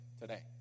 today